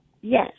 Yes